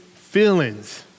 feelings